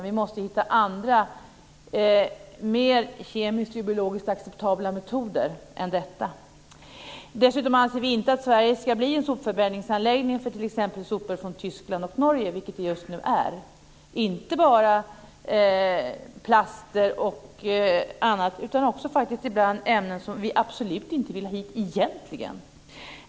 Vi måste hitta andra mer kemiskt och biologiskt acceptabla metoder. Dessutom anser vi inte att Sverige ska bli en sopförbränningsanläggning för t.ex. sopor från Tyskland och Norge, vilket det just nu är. Det är inte bara plaster och annat. Ibland är det faktiskt ämnen som vi absolut inte vill ha hit.